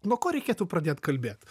nuo ko reikėtų pradėt kalbėt